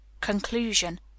Conclusion